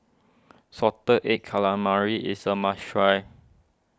Salted Egg Calamari is a must try